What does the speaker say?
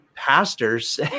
pastors